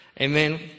Amen